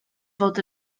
fod